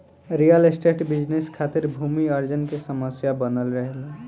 real estate business खातिर भूमि अर्जन की समस्या बनल रहेला